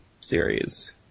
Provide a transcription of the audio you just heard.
series